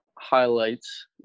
highlights